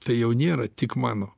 tai jau nėra tik mano